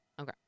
Okay